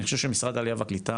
אני חושב שמשרד העלייה והקליטה